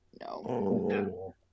No